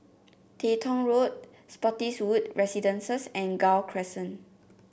Teng Tong Road Spottiswoode Residences and Gul Crescent